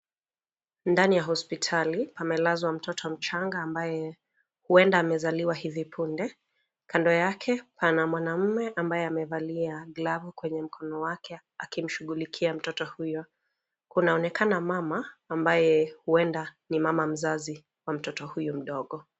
Ndani ya hospitali pamelazwa mtoto mchanga ambaye huenda amezaliwa hivi punde, kando yake pana mwanaume ambaye amevalia glovu kwenye mkono wake akimshughulikia mtoto huyu. Kunaonekana mama ambaye huenda ni mama mzazi wa mtoto huyu mdogo.